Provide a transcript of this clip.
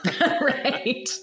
Right